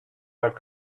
that